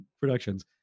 Productions